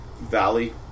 valley